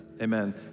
Amen